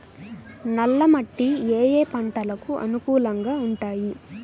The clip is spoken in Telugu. నల్ల మట్టి ఏ ఏ పంటలకు అనుకూలంగా ఉంటాయి?